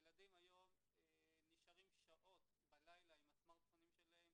ילדים היום נשארים שעות בלילה עם הסמרטפונים שלהם